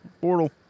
Portal